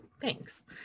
Thanks